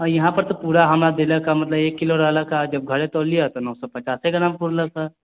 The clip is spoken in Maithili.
यहाँ पर तऽ पूरा हमरा देलक यऽ मतलब एक किलो रहलक यऽ घरे तौललिय नओ सए पचासे ग्राम पुरलक हऽ